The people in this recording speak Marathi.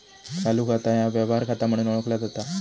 चालू खाता ह्या व्यवहार खाता म्हणून ओळखला जाता